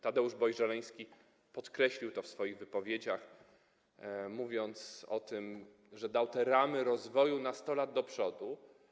Tadeusz Boy-Żeleński podkreślił to w swoich wypowiedziach, mówiąc o tym, że dał on te ramy rozwoju na 100 lat do przodu.